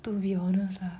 to be honest lah